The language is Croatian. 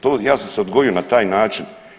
To ja sam se odgojio na taj način.